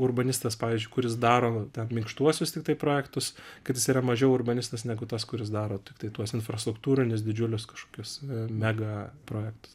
urbanistas pavyzdžiui kuris daro ten minkštuosius tiktai projektus kad jis yra mažiau urbanistas negu tas kuris daro tiktai tuos infrastruktūrinius didžiulius kažkokius mega projektus